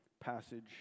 passage